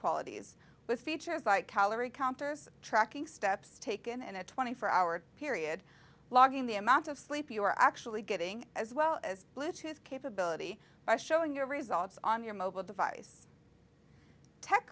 qualities with features like calorie counters tracking steps taken in a twenty four hour period logging the amount of sleep you're actually getting as well as bluetooth capability by showing your results on your mobile device tech